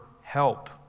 help